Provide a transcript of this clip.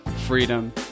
freedom